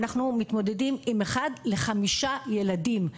אנחנו מתמודדים עם אחד לחמישה ילדים.